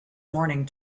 morning